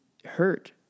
hurt